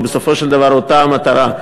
היא בסופו של דבר אותה המטרה: